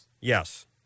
Yes